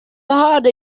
harder